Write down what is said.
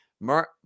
mark